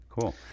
cool